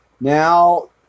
Now